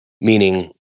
Meaning